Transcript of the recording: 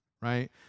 right